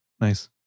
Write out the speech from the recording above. nice